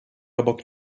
obok